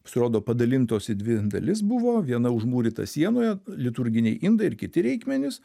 pasirodo padalintos į dvi dalis buvo viena užmūryta sienoje liturginiai indai ir kiti reikmenys